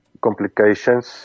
complications